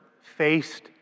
faced